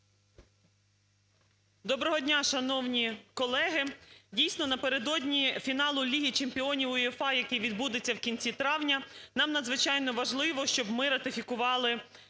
Доброго дня, шановні колеги. Дійсно, напередодні фіналу Ліги чемпіонів УЄФА, який відбудеться в кінці травня, нам надзвичайно важливо, щоб ми ратифікували